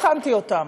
הכנתי אותם.